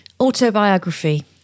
Autobiography